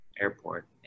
airport